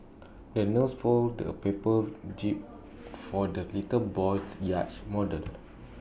the nurse folded A paper jib for the little boy's yacht model